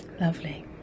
Lovely